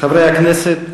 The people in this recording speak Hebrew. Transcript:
חברי הכנסת,